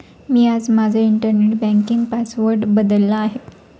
मी आज माझा internet banking password बदलला आहे